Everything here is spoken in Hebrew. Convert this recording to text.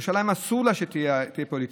ירושלים, אסור לה שתהיה פוליטית.